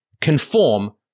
conform